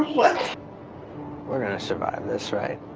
what we're gonna survive this, right